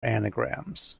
anagrams